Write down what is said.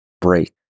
break